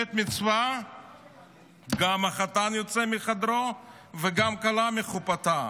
במלחמת מצווה גם החתן יוצא מחדרו וגם כלה מחופתה.